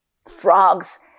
Frogs